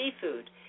seafood